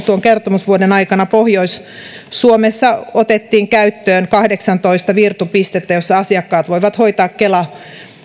kertomusvuoden aikana pohjois suomessa otettiin käyttöön kahdeksantoista virtu pistettä joissa asiakkaat voivat hoitaa kela